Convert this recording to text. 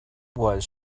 was